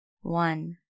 one